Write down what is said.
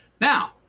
now